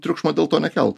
triukšmo dėl to nekelt